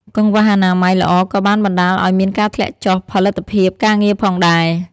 កង្វះអនាម័យល្អក៏បានបណ្តាលឱ្យមានការធ្លាក់ចុះផលិតភាពការងារផងដែរ។